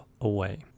away